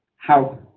how,